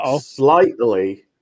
slightly